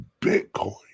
Bitcoin